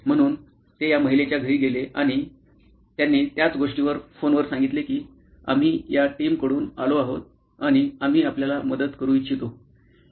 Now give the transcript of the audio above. म्हणून ते या महिलेच्या घरी गेले आणि त्यांनी त्याच गोष्टीवर फोनवर सांगितले की आम्ही या टीमकडून आलो आहोत आणि आम्ही आपल्याला मदत करू इच्छितो